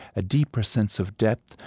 a deeper sense of depth,